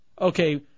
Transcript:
Okay